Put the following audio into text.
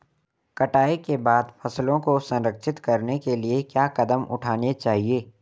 कटाई के बाद फसलों को संरक्षित करने के लिए क्या कदम उठाने चाहिए?